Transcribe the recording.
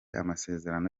amasezerano